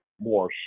more